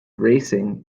racing